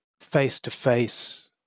face-to-face